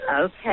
Okay